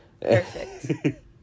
Perfect